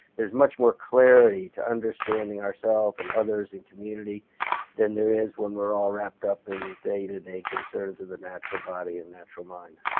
there is much more clarity in understanding ourself and others in community then there is when we are all wrapped up in day to day concerns of the natural body and natural mind.